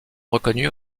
reconnu